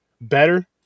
better